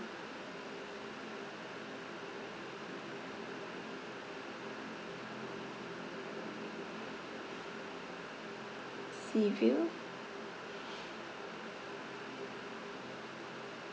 sea view